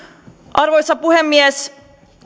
arvoisa puhemies